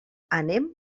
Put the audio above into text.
anem